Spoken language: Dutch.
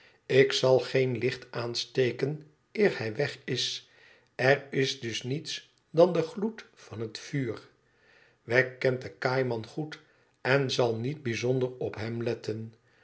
ik zal geen licht aansteken eer hij weg is er is dus niets dan de gloed van het vuur wegg kent den kaaiman goed en zal niet bijzonder op hem letten